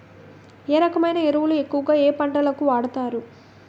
ఏ రకమైన ఎరువులు ఎక్కువుగా ఏ పంటలకు వాడతారు?